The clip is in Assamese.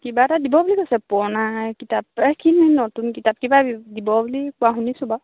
কিবা এটা দিব বুলি কৈছে পুৰণা কিতাপ নতুন কিতাপ কিবা দিব বুলি কোৱা শুনিছোঁ বাৰু